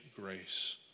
grace